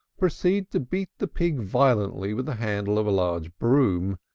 proceed to beat the pig violently with the handle of a large broom.